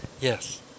Yes